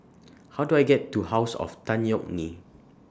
How Do I get to House of Tan Yeok Nee